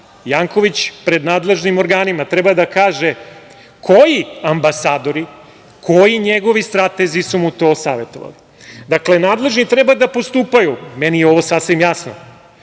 Janković pred nadležnim organima treba da kaže koji ambasadori, koji njegovi stratezi su mu to savetovali. Dakle, nadležni treba da postupaju, meni je ovo sasvim jasno,